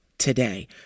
Today